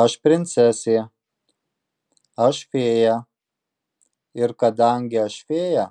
aš princesė aš fėja ir kadangi aš fėja